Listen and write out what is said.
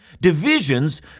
Divisions